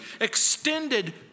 extended